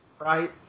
right